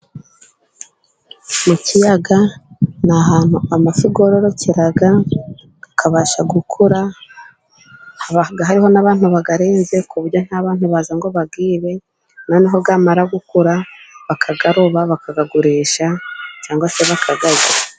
Mu kiyaga ni ahantu amafi yororokera akabasha gukura haba hariho n'abantu bayarinze, ku buryo nta bantu baza ngo bayibe noneho yamara gukura bakayaroba bakayagurisha cyangwa se bakayarya.